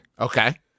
Okay